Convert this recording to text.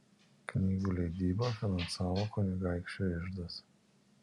knygų leidybą finansavo kunigaikščio iždas